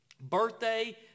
Birthday